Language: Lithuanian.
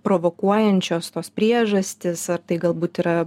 provokuojančios tos priežastys ar tai galbūt yra